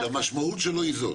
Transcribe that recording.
והמשמעות שלו היא זאת.